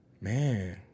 Man